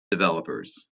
developers